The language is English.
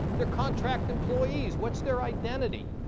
they're contract employees. what's their identity?